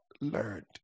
learned